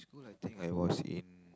school I think I was in